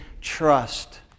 trust